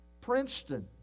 Princeton